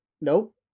Nope